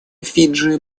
фиджи